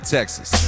Texas